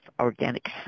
organic